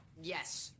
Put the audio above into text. yes